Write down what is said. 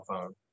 phone